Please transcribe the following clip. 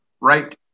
right